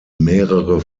mehrere